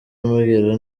ambwira